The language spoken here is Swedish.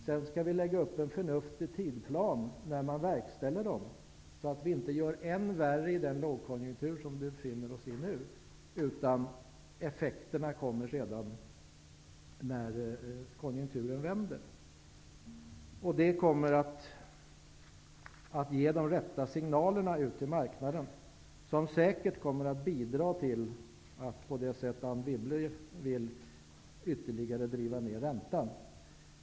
Sedan skall vi lägga upp en förnuftig tidplan för att verkställa dem, så att vi inte gör det än värre i den lågkonjunktur som vi befinner oss i nu utan ser till att effekterna kommer när konjunkturen vänder. Det kommer att ge de rätta signalerna till marknaden, vilket säkert kommer att bidra till att på det sätt Anne Wibble vill ytterligare driva ner räntan.